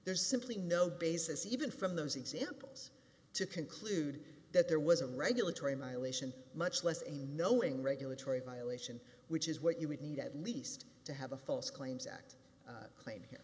there's simply no basis even from those examples to conclude that there was a regulatory my lation much less a knowing regulatory violation which is what you would need at least to have a false claims act claim here